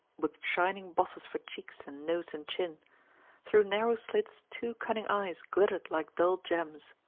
with shining bosses for cheeks and nose and chin through narrow slits two cunning eyes glittered like dull gems.